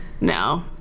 No